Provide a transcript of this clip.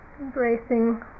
embracing